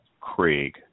Craig